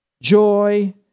joy